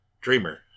Dreamer